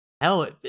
hell